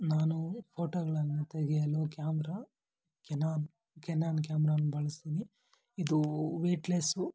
ನಾನು ಫೋಟೋಗಳನ್ನು ತೆಗೆಯಲು ಕ್ಯಾಮ್ರ ಕೆನಾನ್ ಕೆನಾನ್ ಕ್ಯಾಮ್ರವನ್ನು ಬಳಸ್ತೀನಿ ಇದು ವೇಟ್ಲೆಸ್ಸು